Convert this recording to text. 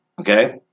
okay